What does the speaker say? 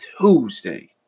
Tuesday